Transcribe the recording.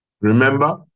Remember